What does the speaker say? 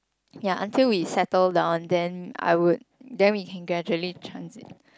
ya until we settle down then I would then we can gradually transit